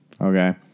Okay